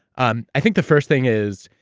um i think the first thing is,